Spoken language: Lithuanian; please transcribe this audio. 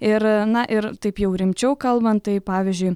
ir na ir taip jau rimčiau kalbant tai pavyzdžiui